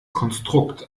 konstrukt